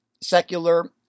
secular